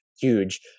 huge